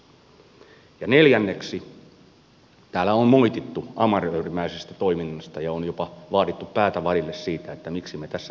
neljänneksi täällä on moitittu amatöörimäisestä toiminnasta ja on jopa vaadittu päätä vadille siitä miksi me tässä tilanteessa olemme